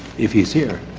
if he's here?